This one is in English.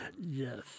yes